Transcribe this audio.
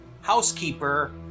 housekeeper